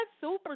super